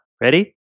Ready